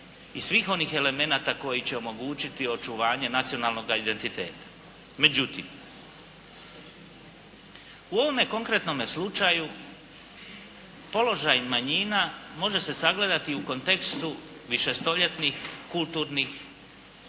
i svih onih elemenata koji će omogućiti očuvanje nacionalnoga identiteta. Međutim, u ovome konkretnome slučaju položaj manjina može se sagledati u kontekstu višestoljetnih kulturnih,